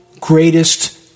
greatest